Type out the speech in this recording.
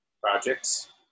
projects